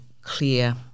clear